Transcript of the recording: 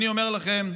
אני אומר לכם,